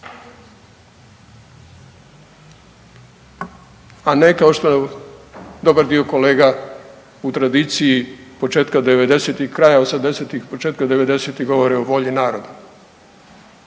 a ne kao što je dobar dio kolega u tradiciji početka 90-ih, kraja 80-ih, početka 90-ih govore o volji naroda.